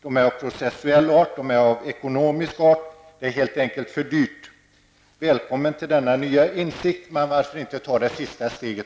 De är av processuell och ekonomisk art -- det är helt enkelt för dyrt. Välkommen till denna nya insikt, men varför inte ta även det sista steget?